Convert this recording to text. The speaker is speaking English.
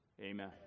Amen